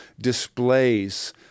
displays